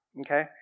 okay